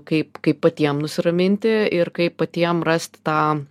kaip kaip patiems nusiraminti ir kaip patiems rasti tą